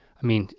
i mean,